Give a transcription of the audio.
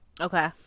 Okay